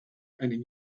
einen